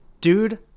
Dude